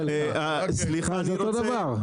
זה אותו דבר.